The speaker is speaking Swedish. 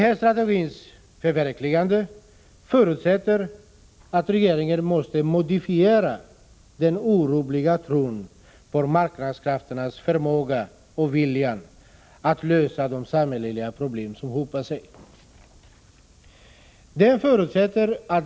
Förverkligandet av denna strategi förutsätter att regeringen modifierar den orubbliga tron på marknadskrafternas förmåga och vilja att lösa de samhälleliga problem som hopar sig.